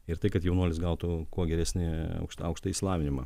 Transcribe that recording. ir tai kad jaunuolis gautų kuo geresnį aukšt aukštą išsilavinimą